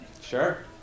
Sure